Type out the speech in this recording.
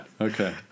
okay